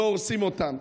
לא הורסים אותן,